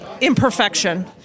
imperfection